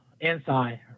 inside